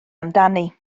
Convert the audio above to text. amdani